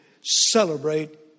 celebrate